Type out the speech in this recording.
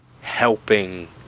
helping